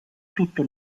tutto